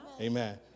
Amen